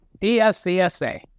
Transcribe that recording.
DSCSA